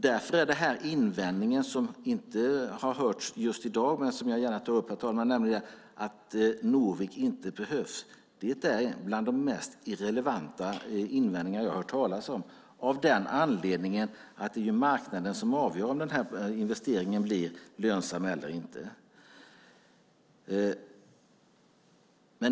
Därför är den invändning som inte hörts just i dag men som jag ändå gärna tar upp, herr talman, nämligen att Norvik inte behövs, bland de mest irrelevanta invändningar jag hört talas om, och det på grund av att det är marknaden som avgör om den här investeringen blir lönsam eller inte.